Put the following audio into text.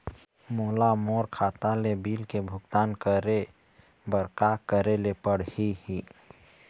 मोला मोर खाता ले बिल के भुगतान करे बर का करेले पड़ही ही?